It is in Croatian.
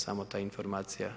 Samo ta informacija.